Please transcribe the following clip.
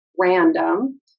random